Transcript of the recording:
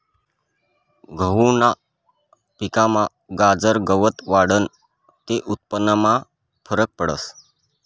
गहूना पिकमा गाजर गवत वाढनं ते उत्पन्नमा फरक पडस